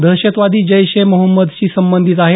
दहशतवादी जैश ए मोहम्मदशी संबंधित आहेत